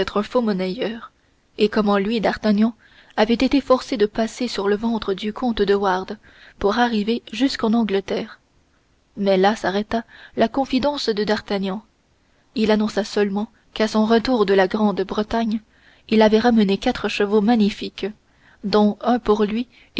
un faux monnayeur et comment lui d'artagnan avait été forcé de passer sur le ventre du comte de wardes pour arriver jusqu'en angleterre mais là s'arrêta la confidence de d'artagnan il annonça seulement qu'à son retour de la grande-bretagne il avait ramené quatre chevaux magnifiques dont un pour lui